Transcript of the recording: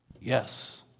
Yes